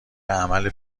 عمل